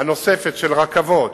הנוספת של רכבות,